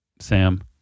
Sam